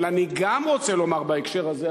אבל אני גם רוצה לומר בהקשר הזה,